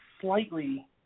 Slightly